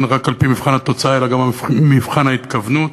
רק על-פי מבחן התוצאה אלא גם על-פי מבחן ההתכוונות.